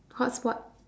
hotspot